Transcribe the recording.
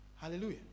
Hallelujah